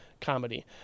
comedy